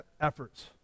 efforts